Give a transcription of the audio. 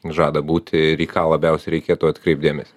žada būti ir į ką labiausiai reikėtų atkreipt dėmesį